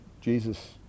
jesus